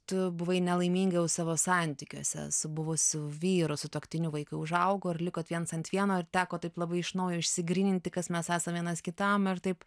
tu buvai nelaiminga jau savo santykiuose su buvusiu vyru sutuoktiniu vaikai užaugo ir likot viens ant vieno ir teko taip labai iš naujo išsigryninti kas mes esam vienas kitam ir taip